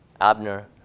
Abner